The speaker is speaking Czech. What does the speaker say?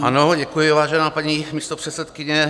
Ano, děkuji, vážená paní místopředsedkyně.